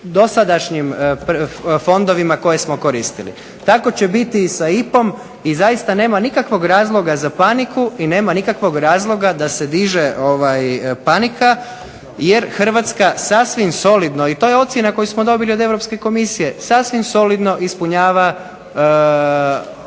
dosadašnjim fondovima koje smo koristili. Tako će biti sa IPA-om i zaista nema nikakvog razloga za paniku i nema nikakvog razloga da se diže panika, jer Hrvatska sasvim solidno i to je ocjena koju smo dobili od Europske komisije, sasvim solidno ispunjava